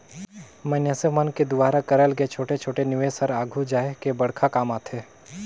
मइनसे मन कर दुवारा करल गे छोटे छोटे निवेस हर आघु जाए के बड़खा काम आथे